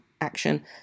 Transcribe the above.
action